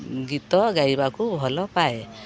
ଗୀତ ଗାଇବାକୁ ଭଲ ପାଏ